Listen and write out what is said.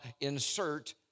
insert